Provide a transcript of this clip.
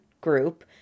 group